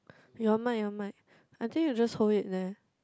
your mic your mic I think you just hold it there